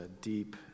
deep